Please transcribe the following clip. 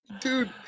dude